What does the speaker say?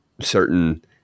certain